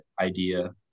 idea